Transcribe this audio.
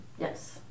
Yes